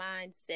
mindset